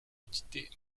entités